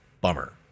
bummer